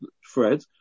Fred